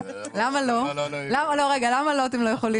למה אתם לא יכולים?